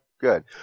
good